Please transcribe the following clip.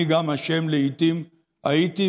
גם אני הייתי אשם לעיתים בהפרת